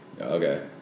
Okay